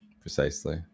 Precisely